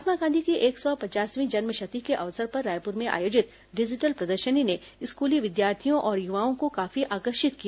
महात्मा गांधी की एक सौ पचासवीं जन्मशती के अवसर पर रायपुर में आयोजित डिजिटल प्रदर्शनी ने स्कूली विद्यार्थियों और युवाओं को काफी आकर्षित किया